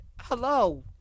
hello